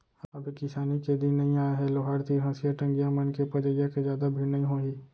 अभी किसानी के दिन नइ आय हे लोहार तीर हँसिया, टंगिया मन के पजइया के जादा भीड़ नइ होही